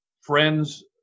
friends